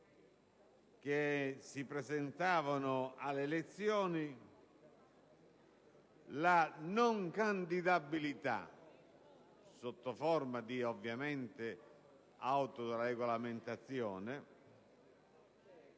che si presentano alle elezioni, la non candidabilità (sotto forma di autoregolamentazione,